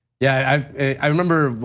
yeah i remember,